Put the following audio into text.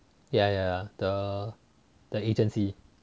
ya ya the the agency